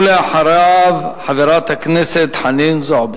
ואחריו, חברת הכנסת חנין זועבי.